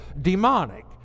demonic